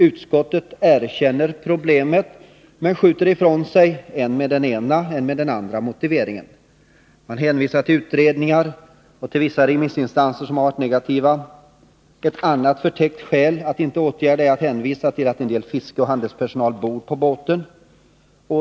Utskottet erkänner problemet, men skjuter det ifrån sig än med den ena, än med den andra motiveringen. Det hänvisas till utredningar och till vissa remissinstanser som har varit negativa. Ett annat förtäckt skäl för att inte åtgärda är att hänvisa till att en del fiskeoch handelspersonal bor på båtarna.